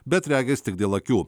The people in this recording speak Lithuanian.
bet regis tik dėl akių